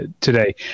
today